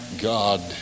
God